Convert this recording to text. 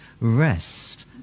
rest